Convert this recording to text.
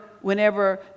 whenever